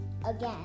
again